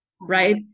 right